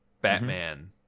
Batman